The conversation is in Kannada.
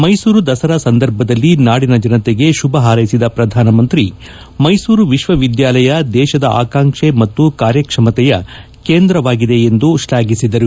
ಮೈಸೂರು ದಸರಾ ಸಂದರ್ಭದಲ್ಲಿ ನಾಡಿನ ಜನತೆಗೆ ಶುಭ ಹಾರ್ಕೆಸಿದ ಪ್ರಧಾನಮಂತ್ರಿ ಮೈಸೂರು ವಿಶ್ವವಿದ್ಯಾಲಯವು ದೇಶದ ಆಕಾಂಕ್ಷೆ ಮತ್ತು ಕಾರ್ಯಕ್ಷಮತೆಯ ಕೇಂದ್ರವಾಗಿದೆ ಎಂದು ಶ್ಲಾಘಿಸಿದರು